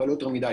אבל לא יותר מדי,